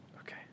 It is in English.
Okay